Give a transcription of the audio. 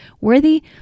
worthy